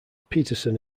peterson